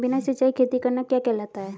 बिना सिंचाई खेती करना क्या कहलाता है?